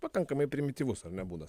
pakankamai primityvus ar ne būdas